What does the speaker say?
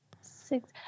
six